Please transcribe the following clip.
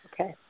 Okay